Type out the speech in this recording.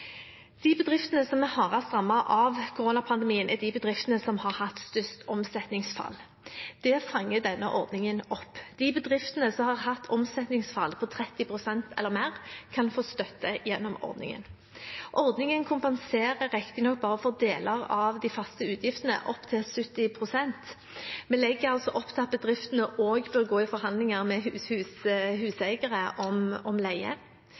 De bedriftene som er hardest rammet av koronapandemien, er de bedriftene som har hatt størst omsetningsfall. Det fanger denne ordningen opp. De bedriftene som har hatt omsetningsfall på 30 pst. eller mer, kan få støtte gjennom ordningen. Ordningen kompenserer riktignok bare for deler av de faste utgiftene, opptil 70 pst. Vi legger altså opp til at bedriftene også bør gå i forhandlinger med